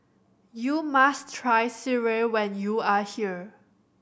you must try sireh when you are here